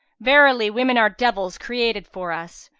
verily women are devils created for us.